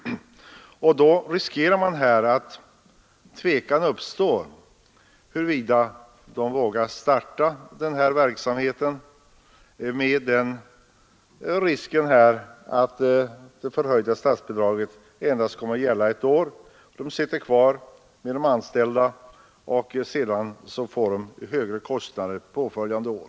Tvivel kan uppstå huruvida man inom kommunerna vågar starta denna verksamhet med tanke på risken att det förhöjda statsbidraget endast kommer att gälla ett år. De har då anställt nytt folk, vilket medför att de får högre kostnader påföljande år.